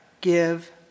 give